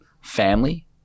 family